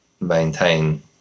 maintain